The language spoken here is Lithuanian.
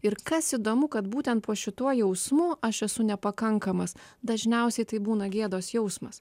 ir kas įdomu kad būtent po šituo jausmu aš esu nepakankamas dažniausiai tai būna gėdos jausmas